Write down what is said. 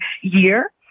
year